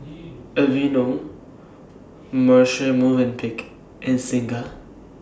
Aveeno Marche Movenpick and Singha